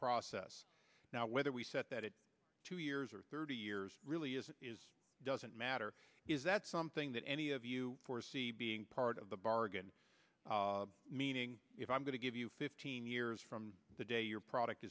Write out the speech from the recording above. process now whether we set that it two years or thirty years really is it doesn't matter is that something that any of you foresee being part of the bargain meaning if i'm going to give you fifteen years from the day your product